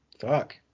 Fuck